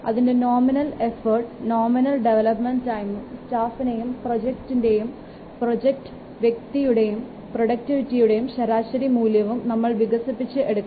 അതിൻറെ നോമിനൽ എഫർട്ടും nominal development ടൈമും സ്റ്റാഫിനെയും പ്രൊജക്റ്റ് യുടെയും പ്രൊജക്റ്റ് വ്യക്തിയുടേയും പ്രോഡക്ടിവിറ്റിയുടെയും ശരാശരി മൂല്യവും നമ്മൾ വികസിപ്പിച്ച എടുക്കണം